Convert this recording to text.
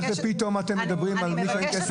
איך פתאום אתם מדברים על מי שאין כסף.